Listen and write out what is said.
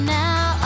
now